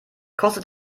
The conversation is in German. kostet